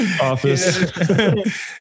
office